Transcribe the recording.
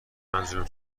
منظورم